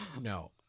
No